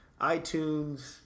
iTunes